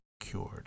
cured